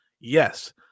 Yes